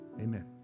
Amen